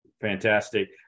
fantastic